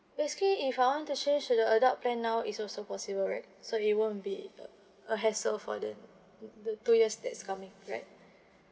let's say if I want to change to the adult plan now is also possible right so it won't be the a hassle for the the two years that's coming right